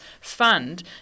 fund